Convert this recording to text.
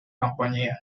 compañía